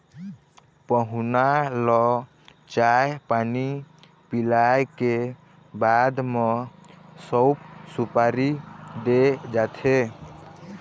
पहुना ल चाय पानी पिलाए के बाद म सउफ, सुपारी दे जाथे